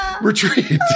Retreat